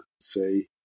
say